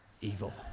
Evil